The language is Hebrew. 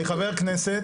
אני חבר כנסת